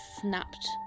snapped